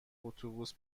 اتوبوس